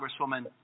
Congresswoman